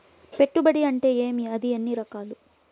పెట్టుబడి అంటే ఏమి అది ఎన్ని రకాలు